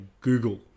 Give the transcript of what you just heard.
Google